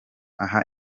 aha